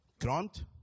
Grant